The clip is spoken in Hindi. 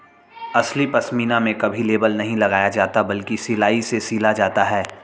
असली पश्मीना में कभी लेबल नहीं लगाया जाता बल्कि सिलाई से सिला जाता है